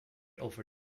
over